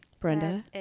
Brenda